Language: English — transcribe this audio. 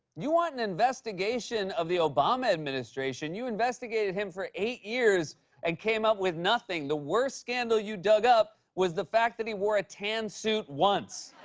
you want an investigation of the obama administration? you investigated him for eight years and came up with nothing. the worst scandal you dug up was the fact that he wore a tan suit once.